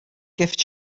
gift